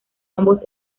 ambos